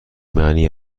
معنی